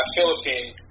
Philippines